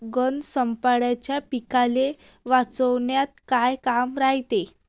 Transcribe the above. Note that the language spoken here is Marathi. गंध सापळ्याचं पीकाले वाचवन्यात का काम रायते?